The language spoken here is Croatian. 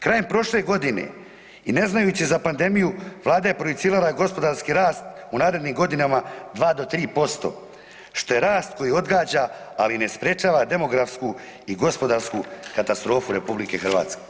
Krajem prošle godine i ne znajući za pandemiju Vlada je projicirala gospodarski rast u narednim godinama 2 do 3% što je rast koji odgađa ali ne sprečava demografsku i gospodarsku katastrofu RH.